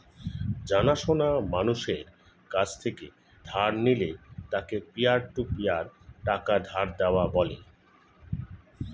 জানা সোনা মানুষের কাছ থেকে ধার নিলে তাকে পিয়ার টু পিয়ার টাকা ধার দেওয়া বলে